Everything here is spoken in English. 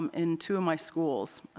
um in two of my schools.